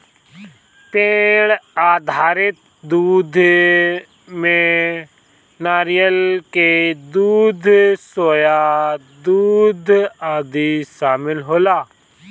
पेड़ आधारित दूध में नारियल के दूध, सोया दूध आदि शामिल होला